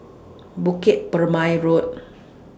Bukit Purmei Road